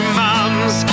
mums